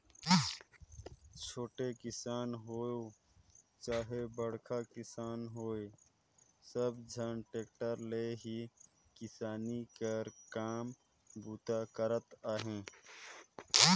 छोटे किसान होए चहे बड़खा किसान होए सब झन टेक्टर ले ही किसानी कर काम बूता करत अहे